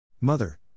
Mother